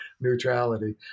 neutrality